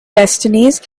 destinies